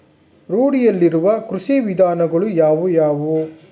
ರೂಢಿಯಲ್ಲಿರುವ ಕೃಷಿ ವಿಧಾನಗಳು ಯಾವುವು?